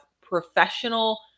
professional